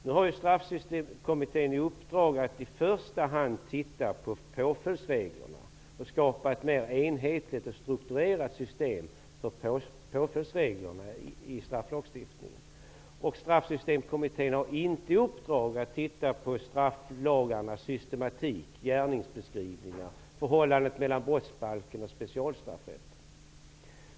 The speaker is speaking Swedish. Nu har Straffsystemkommittén fått i uppdrag att i första hand se över påföljdsreglerna och att skapa ett mer enhetligt och strukturerat system för påföljdsreglerna i strafflagstiftningen. Straffsystemkommitténs uppdrag är inte att titta på strafflagarnas systematik, gärningsbeskrivningar, förhållandet mellan brottsbalken och specialstraffrätten.